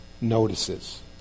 notices